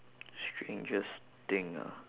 strangest thing ah